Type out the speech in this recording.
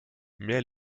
mehr